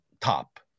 top